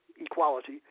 equality